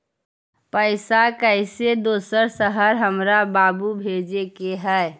पैसा कैसै दोसर शहर हमरा बाबू भेजे के है?